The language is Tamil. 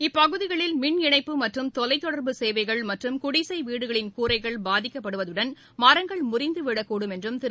இப்பகுதிகளில் மின் இணைப்பு மற்றும் தொலைத்தொடர்பு சேவைகள் மற்றும் குடிசை வீடுகளின் கூரைகள் பாதிக்கப்படுவதுடன் மரங்கள் முறிந்து விழக்கூடும் என்றும் திரு